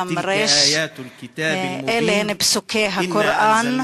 אלה הם פסוקי הקוראן.